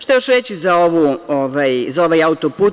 Šta još reći za ovaj auto-put.